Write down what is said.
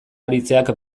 aritzeak